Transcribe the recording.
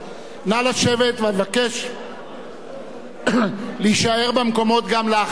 אבקש להישאר במקומות גם לאחר ההצבעה,